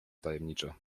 tajemniczo